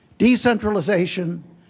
decentralization